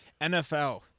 nfl